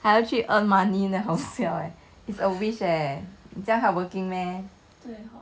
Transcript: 还要去 earn money leh 好笑 leh it's a waste leh 你这样 hardworking meh